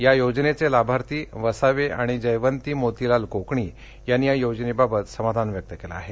या योजनेचे लाभार्थी वसावे आणि जयवंती मोतीलाल कोकणी यांनी या योजनेबाबत समाधान व्यक्त केलं आहे